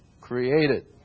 created